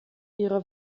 ihre